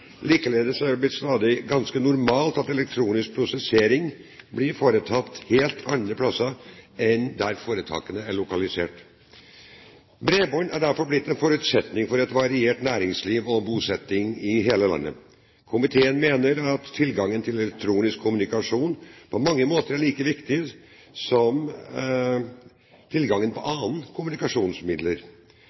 Likeledes er det blitt ganske normalt at elektronisk prosessering blir foretatt helt andre plasser enn der foretakene er lokalisert. Bredbånd er derfor blitt en forutsetning for et variert næringsliv og bosetting i hele landet. Komiteen mener at tilgangen til elektronisk kommunikasjon på mange måter er like viktig som tilgangen på andre kommunikasjonsmidler.